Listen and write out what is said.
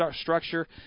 structure